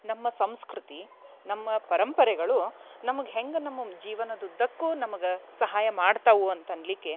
ನಮ್ಮ ಸಂಸ್ಕೃತಿ ನಮ್ಮ ಪರಂಪರೆಗಳು ನಮಗೆ ಹೆಂಗೆ ನಮ್ಮಮ್ ಜೀವನದುದ್ದಕ್ಕೂ ನಮಗೆ ಸಹಾಯ ಮಾಡ್ತವು ಅಂತ ಅನ್ನಲಿಕ್ಕೆ